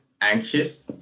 anxious